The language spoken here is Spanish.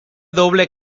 doble